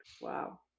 Wow